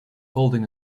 holding